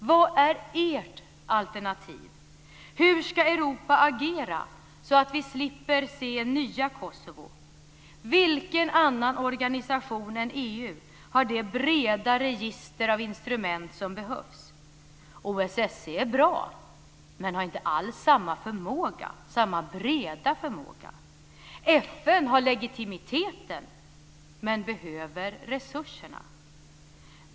Vad är ert alternativ? Hur ska Europa agera så att vi slipper se nya konflikter som i Kosovo? Vilken annan organisation än EU har det breda register av instrument som behövs? OSSE är bra men har inte alls samma breda förmåga. FN har legitimiteten men behöver resurserna.